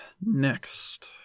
next